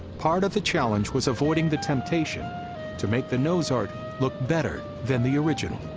part of the challenge was avoiding the temptation to make the nose art look better than the original.